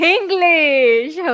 English